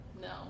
No